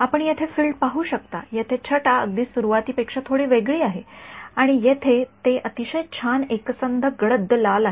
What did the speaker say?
आपण येथे फील्ड पाहू शकता येथे छटा अगदी सुरुवातीपेक्षा थोडी वेगळी आहे येथे ते अतिशय छान एकसंध गडद लाल आहे